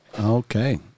Okay